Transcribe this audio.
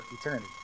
eternity